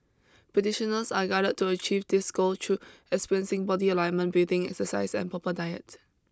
practitioners are guided to achieve this goal through experiencing body alignment breathing exercise and proper diet